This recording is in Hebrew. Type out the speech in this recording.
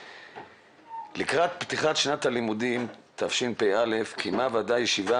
לקראת פתיחת שנת הלימודים תשפ"א קיימה הוועדה ישיבה